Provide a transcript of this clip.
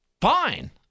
fine